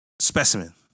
Specimen